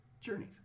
journeys